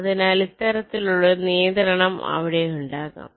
അതിനാൽ ഇത്തരത്തിലുള്ള ഒരു നിയന്ത്രണം അവിടെ ഉണ്ടാകാം